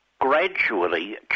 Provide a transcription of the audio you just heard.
gradually